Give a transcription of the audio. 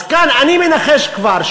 אז כאן אני מנחש כבר,